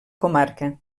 comarca